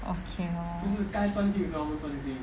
okay lor